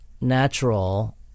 natural